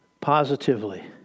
Positively